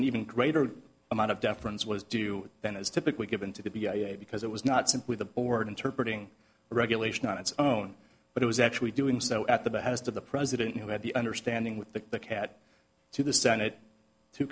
even greater amount of deference was due then is typically given to be a because it was not simply the board interpretating regulation on its own but it was actually doing so at the behest of the president who had the understanding with the cat to the senate to